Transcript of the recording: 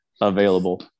available